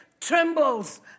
trembles